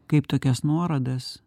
kaip tokias nuorodas